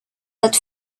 that